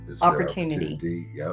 opportunity